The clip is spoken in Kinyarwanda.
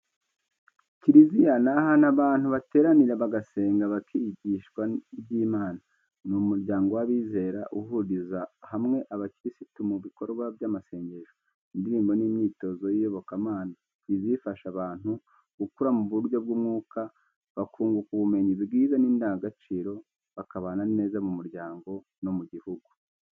Kiliziya ni ahantu abantu bateranira bagasenga bakigishwa iby’Imana. Ni umuryango w’abizera uhuriza hamwe abakirisitu mu bikorwa by’amasengesho, indirimbo n’imyitozo y’iyobokamana. Kiliziya ifasha abantu gukura mu buryo bw’umwuka, bakunguka ubumenyi bwiza n’indangagaciro, bakabana neza mu muryango no mu gihugu.